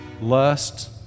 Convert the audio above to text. lust